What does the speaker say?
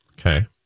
Okay